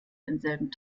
denselben